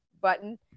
button